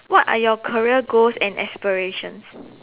what are your career goals and aspirations